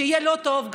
כשיהיה לא טוב,